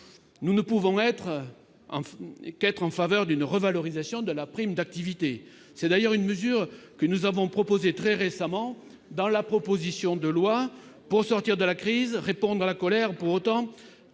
Nous ne pouvons qu'être favorables à une revalorisation de la prime d'activité. C'est d'ailleurs une mesure que nous avons proposée très récemment, dans la proposition de loi visant à répondre à la colère des